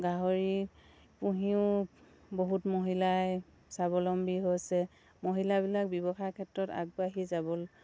গাহৰি পুহিও বহুত মহিলাই স্বাৱলম্বী হৈছে মহিলাবিলাক ব্যৱসায় ক্ষেত্ৰত আগবাঢ়ি যাবলৈ